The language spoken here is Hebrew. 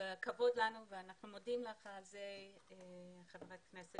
כבוד לנו ואנחנו מודים לך חברת הכנסת